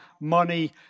money